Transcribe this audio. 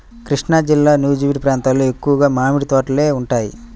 కృష్ణాజిల్లా నూజివీడు ప్రాంతంలో ఎక్కువగా మామిడి తోటలే ఉంటాయి